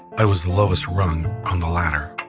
i was the lowest rung on the ladder.